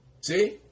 See